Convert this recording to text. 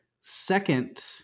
second